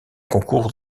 concours